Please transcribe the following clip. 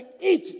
eat